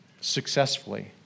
successfully